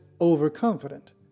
overconfident